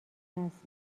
است